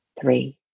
three